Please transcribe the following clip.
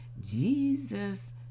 Jesus